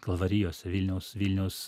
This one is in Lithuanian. kalvarijose vilniaus vilniaus